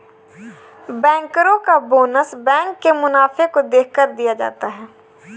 बैंकरो का bonus bank के मुनाफे को देखकर दिया जाता है